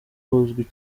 buzwi